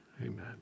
Amen